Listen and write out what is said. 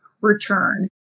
return